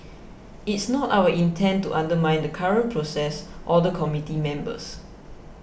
it's not our intent to undermine the current process or the committee members